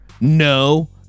no